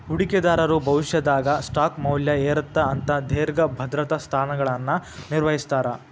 ಹೂಡಿಕೆದಾರರು ಭವಿಷ್ಯದಾಗ ಸ್ಟಾಕ್ ಮೌಲ್ಯ ಏರತ್ತ ಅಂತ ದೇರ್ಘ ಭದ್ರತಾ ಸ್ಥಾನಗಳನ್ನ ನಿರ್ವಹಿಸ್ತರ